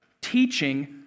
Teaching